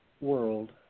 world